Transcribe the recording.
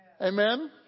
Amen